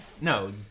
No